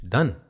Done